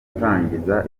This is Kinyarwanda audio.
gutangiza